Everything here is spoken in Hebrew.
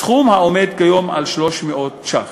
סכום העומד כיום על 300 ש"ח.